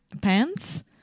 pants